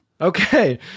Okay